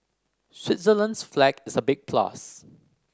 Switzerland's flag is a big plus